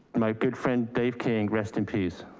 my good friend, dave king, rest in peace.